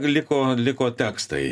liko liko tekstai